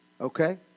Okay